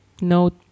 note